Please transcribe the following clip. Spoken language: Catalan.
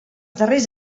darrers